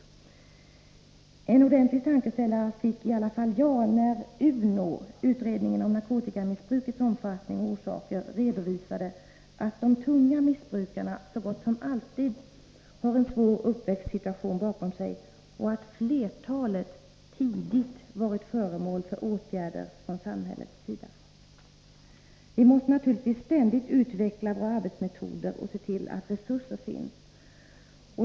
Om omhänderta En ordentlig tankeställare fick i alla fall jag när UNO — utredningen om ganden av barn och narkotikamissbrukets omfattning och orsaker — redovisade att de tunga ungdom missbrukarna så gott som alltid har en svår uppväxtsituation bakom sig och att flertalet tidigt varit föremål för åtgärder från samhällets sida. Vi måste naturligtvis ständigt utveckla våra arbetsmetoder och se till att resurser finns.